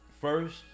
First